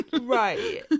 Right